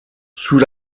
sous